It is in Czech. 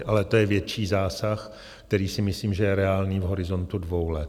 Ale to je větší zásah, který si myslím, že je reálný v horizontu dvou let.